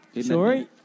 Sorry